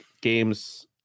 games